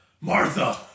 Martha